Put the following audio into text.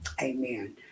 Amen